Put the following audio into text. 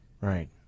right